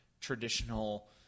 traditional